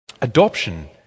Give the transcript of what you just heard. Adoption